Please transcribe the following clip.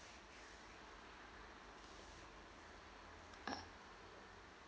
uh